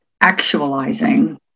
actualizing